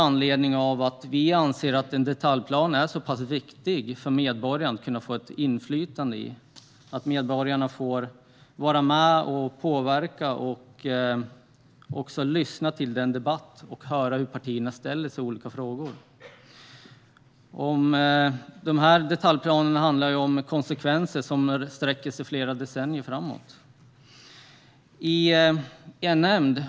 Anledningen är att vi anser att en detaljplan är så pass viktig att medborgarna ska kunna få ett inflytande, få vara med och påverka och också lyssna till debatten och höra hur partierna ställer sig i olika frågor. Detaljplanerna kan ju handla om konsekvenser som sträcker sig flera decennier framåt.